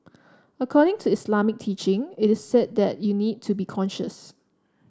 according to Islamic teaching it is said that you need to be conscious